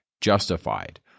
justified